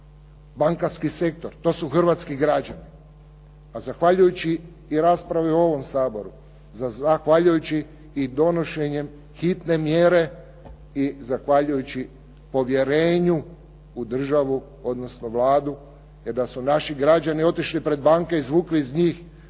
bankarski sektor, to su hrvatski građani. Pa zahvaljujući i raspravi u ovom Saboru, zahvaljujući i donošenju hitne mjere i zahvaljujući povjerenju u državu odnosno Vladu. Jer da su naši građani otišli pred banke, izvukli iz njih